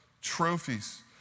trophies